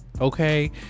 okay